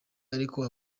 ariko